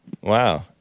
Wow